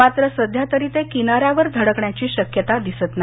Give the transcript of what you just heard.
मात्र सध्यातरी ते किनार्याकवर धडकण्याची शक्यता दिसत नाही